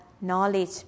knowledge